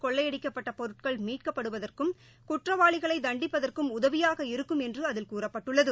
கொள்ளையடிக்கப்பட்டபொருட்கள் மீட்கப்படுவதற்கும் இந்தநடவடிக்கையால் குற்றவாளிகளைதண்டிப்பதற்கும் உதவியாக இருக்கும் என்றுஅதில் கூறப்பட்டுள்ளது